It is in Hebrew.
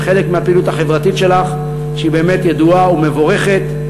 זה חלק מהפעילות החברתית שלך שהיא באמת ידועה ומבורכת,